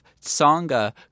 Tsonga